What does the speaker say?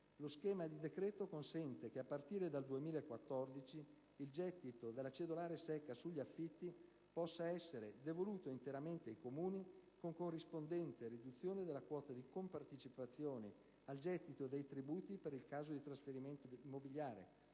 Lo schema di decreto consente che, a partire dal 2014, il gettito della cedolare secca sugli affitti possa essere devoluto interamente ai Comuni, con corrispondente riduzione della quota di compartecipazione al gettito dei tributi per il caso di trasferimento immobiliare